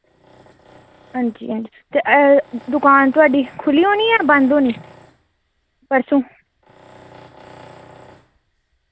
हां जी हां जी ते दकान थोआढ़ी खु'ल्ली होनी जां बंद होनी परसूं